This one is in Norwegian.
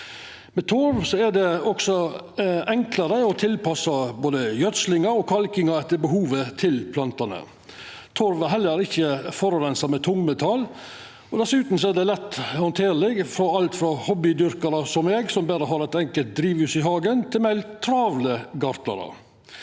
Med torv er det også enklare å tilpassa både gjødsling og kalking etter behovet til plantane. Torv er heller ikkje forureina med tungmetall. Dessutan er det lett handterleg for alle – frå hobbydyrkarar, som meg, som berre har eit enkelt drivhus i hagen, til meir travle gartnarar.